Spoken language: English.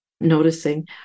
noticing